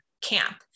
camp